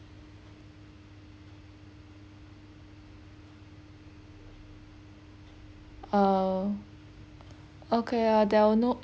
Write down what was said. uh okay uh they will know